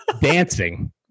dancing